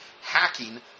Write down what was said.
Hacking